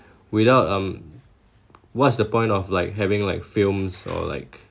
without um what's the point of like having like films or like